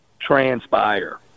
transpire